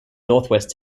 northwest